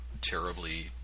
terribly